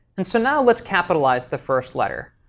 and so now let's capitalize the first letter.